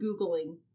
Googling